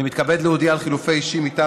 אני מתכבד להודיע על חילופי אישים מטעם